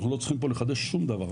אנחנו לא צריכים פה לחדש שום דבר,